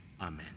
amen